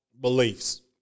beliefs